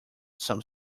some